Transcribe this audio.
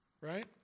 Right